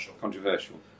controversial